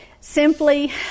simply